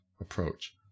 approach